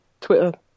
Twitter